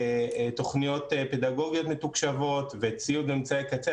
תוכניות פדגוגיות מתוקשבות וציוד אמצעי קצה.